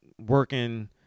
working